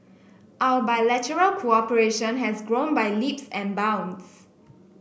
our bilateral cooperation has grown by leaps and bounds